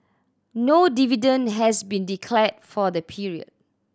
no dividend has been declared for the period